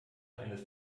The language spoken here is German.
eines